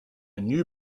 new